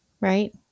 Right